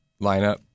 lineup